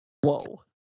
Whoa